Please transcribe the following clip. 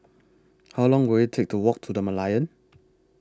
How Long Will IT Take to Walk to The Merlion